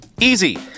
Easy